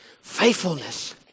faithfulness